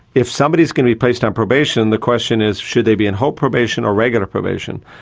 if somebody is going to be placed on probation, the question is should they be in hope probation or regular probation?